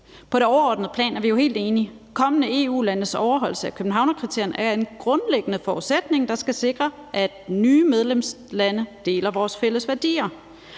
På det overordnede plan er vi jo helt enige: Kommende EU-landes overholdelse af Københavnskriterierne er en grundlæggende forudsætning, der skal sikre, at nye medlemslande deler vores fælles værdier.